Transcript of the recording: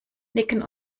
nicken